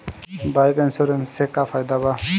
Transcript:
Bike insurance से का फायदा बा?